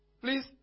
Please